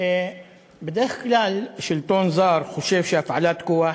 בדרך כלל שלטון זר חושב שהפעלת כוח